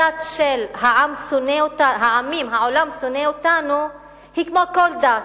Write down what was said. הדת של "העולם שונא אותנו" היא כמו כל דת,